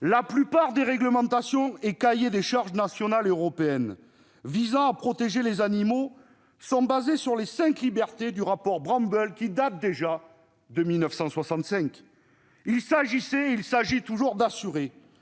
La plupart des réglementations et cahiers des charges nationaux et européens visant à protéger les animaux sont basés sur les cinq libertés du rapport Brambell, qui date déjà de 1965. Il s'agit d'assurer